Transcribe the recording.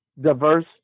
diverse